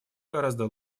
гораздо